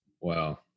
Wow